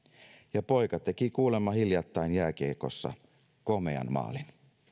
ja poika teki kuulemma hiljattain jääkiekossa komean maalin